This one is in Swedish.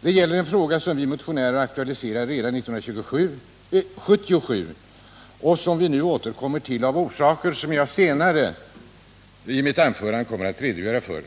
Den tar upp en fråga som vi motionärer aktualiserade redan år 1977 och nu återkommer till av skäl som jag senare i mitt anförande kommer att redogöra för.